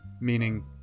meaning